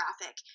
traffic